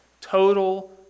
Total